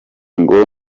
ngo